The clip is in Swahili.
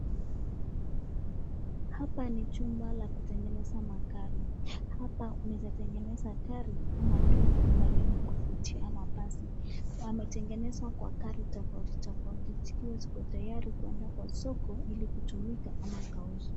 Hapa ni chumba ya kutengeneza magari. Hapa unaweza tengeneza gari ama lorry ambalo imekuvutia ama basi. Yametengenezwa kwa gari tofauti tofauti zikiwa ziko tayari kuenda kwa soko ili kutumika ama zikauzwe.